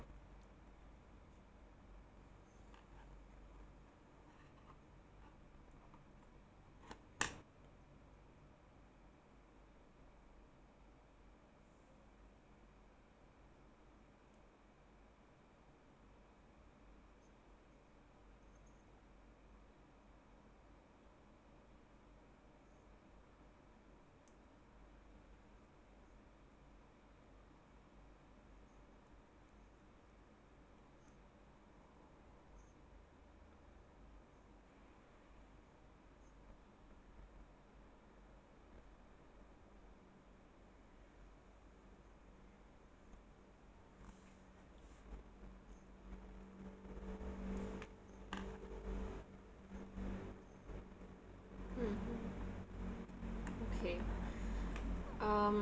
um